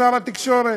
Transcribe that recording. שר התקשורת,